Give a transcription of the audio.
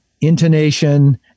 intonation